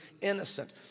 innocent